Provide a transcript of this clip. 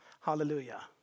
Hallelujah